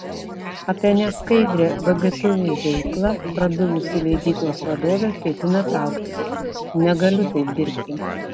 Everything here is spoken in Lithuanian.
apie neskaidrią vgtu veiklą prabilusi leidyklos vadovė ketina trauktis negaliu taip dirbti